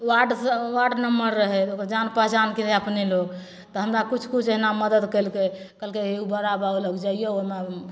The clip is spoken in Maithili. वार्ड वार्ड मेम्बर रहै ओ तऽ जान पहचानके रहै अपने लोक तऽ हमरा किछु किछु एहिना मदति कएलकै कहलकै हे ई बड़ा बाबू लग जाइऔ ओहुना ई